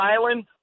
Island